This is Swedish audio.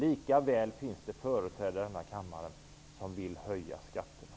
Likväl finns det företrädare i denna kammare som vill höja skatterna.